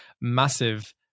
massive